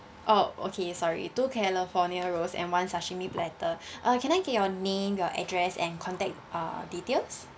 oh okay sorry two california rose and one sashimi platter uh can I get your name your address and contact uh details